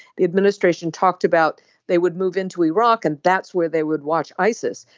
the administration talked about they would move into iraq and that's where they would watch isis.